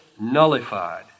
nullified